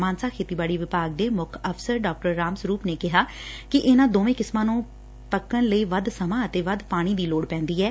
ਮਾਨਸਾ ਖੇਤੀਬਾੜੀ ਵਿਭਾਗ ਦੇ ਮੁੱਖ ਅਫ਼ਸਰ ਡਾ ਰਾਮ ਸਰੂਪ ਨੇ ਕਿਹਾ ਕਿ ਇਨਾਂ ਦੋਵੇ ਕਿਸਮਾ ਨੂੰ ਪੱਕਣ ਲਈ ਵੱਧ ਸਮਾ ਅਤੇ ਵੱਧ ਪਾਣੀ ਦੀ ਲੋੜ ਪੈ ਦੀ ਐ